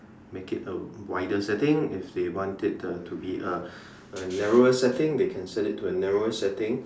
make it a wider setting if they want it to be a narrower setting they can set it to a narrower setting